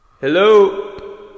Hello